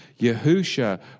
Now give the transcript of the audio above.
Yahusha